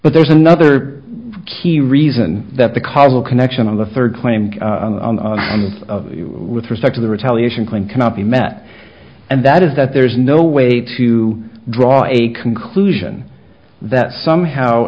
but there's another key reason that the cargo connection of the third claimed with respect to the retaliation claim cannot be met and that is that there is no way to draw a conclusion that somehow